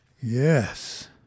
yes